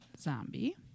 Zombie